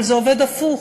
אבל זה עובד הפוך,